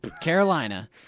Carolina